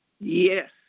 Yes